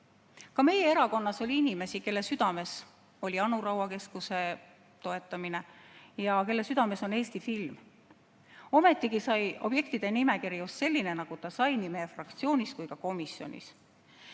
Ka meie erakonnas oli inimesi, kelle südames oli Anu Raua keskuse toetamine ja kelle südames on Eesti film. Ometigi sai objektide nimekiri just selline, nagu ta sai nii meie fraktsioonis kui ka komisjonis.